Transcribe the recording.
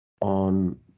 on